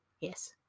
Yes